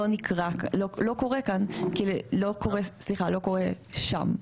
לא קורה שם.